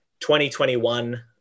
2021